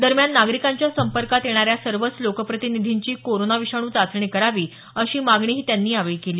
दरम्यान नागरिकांच्या संपर्कात येणाऱ्या सर्वच लोकप्रतिनिधींची कोरोना विषाणू चाचणी करावी अशी मागणी त्यांनी यावेळी केली